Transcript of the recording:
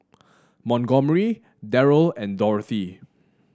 Montgomery Deryl and Dorothy